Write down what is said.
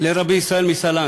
לרבי ישראל מסלנט?